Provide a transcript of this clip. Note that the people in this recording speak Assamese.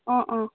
অঁ অঁ